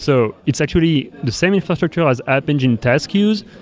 so it's actually the same infrastructure as app engine task queues.